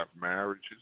marriages